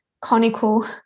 conical